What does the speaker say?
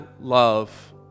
love